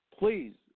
Please